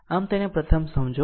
અને તેને પ્રથમ સમજો